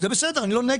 זה בסדר, אני לא נגד,